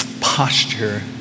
posture